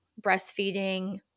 breastfeeding